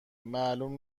معلوم